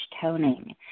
toning